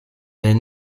est